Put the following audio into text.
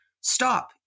stop